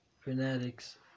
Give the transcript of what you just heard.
Fanatics